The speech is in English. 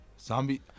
Zombie